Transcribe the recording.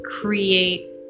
create